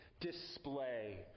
display